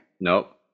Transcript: Nope